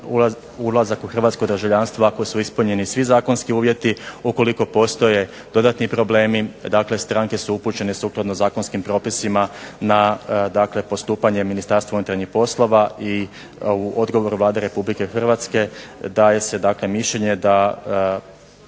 ulazak u hrvatsko državljanstvo ako su ispunjeni svi zakonski uvjeti, ukoliko postoje dodatni problemi, dakle stranke su upućene sukladno zakonskim propisima na postupanje Ministarstva unutarnjih poslova i u odgovoru Vlade RH daje se dakle mišljenje da